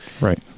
right